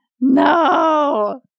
No